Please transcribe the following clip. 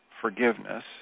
forgiveness